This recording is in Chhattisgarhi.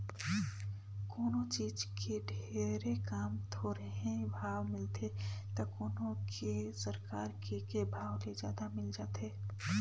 कोनों चीज के ढेरे काम, थोरहें भाव मिलथे त कोनो के सरकार के के भाव ले जादा मिल जाथे